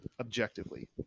objectively